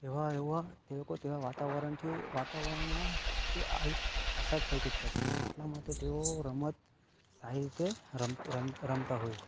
એવા એવા એ લોકો તેવા વાતાવરણથી વાતાવરણમાંથી આવ્યા પસાર થઈ ચૂક્યા છે એટલા માટે તેઓ રમત સારી રીતે રમ રમ રમતા હોય છે